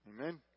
Amen